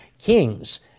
Kings